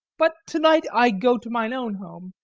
but to-night i go to mine own home,